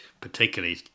particularly